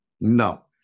No